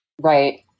Right